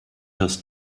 das